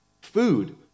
food